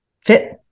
fit